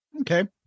Okay